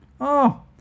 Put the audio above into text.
Oh